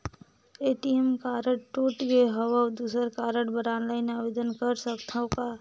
ATM card टूट गे हववं दुसर कारड बर ऑनलाइन आवेदन कर सकथव का?